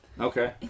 Okay